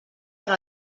per